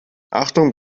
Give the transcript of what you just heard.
achtung